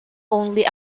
only